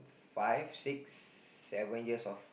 five six seven years of